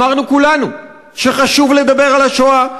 אמרנו כולנו שחשוב לדבר על השואה,